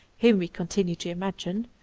whom we continue to imagine,